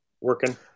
working